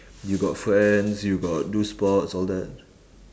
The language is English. you got friends you got do sports all that